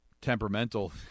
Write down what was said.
temperamental